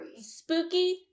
Spooky